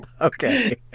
Okay